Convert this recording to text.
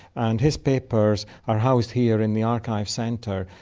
and his papers are housed here in the archive centre.